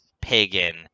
pagan